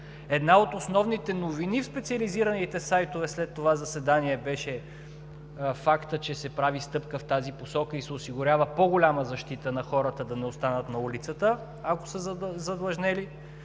Една от основните новини в специализираните сайтове след това заседание беше фактът, че се прави стъпка в тази посока и се осигурява по-голяма защита на хората да не останат на улицата, ако са задлъжнели,